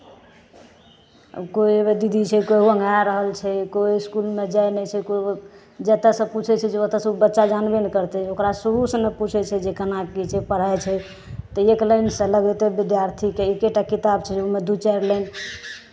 कोइ एगो दीदी छै कोइ ओँघहा रहल छै कोइ इसकुलमे जाइ नहि छै कोइ जतयसँ पूछै छै जे ओतयसँ ओ बच्चा जानबे नहि करै छै ओकरा शुरूसँ ने पूछै छै केना की छै पढ़ाइ छै तऽ एक लाइनसँ ओतेक विद्यार्थीकेँ एक्के टा किताब छै ओहिमे दू चारि लाइन